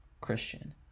christian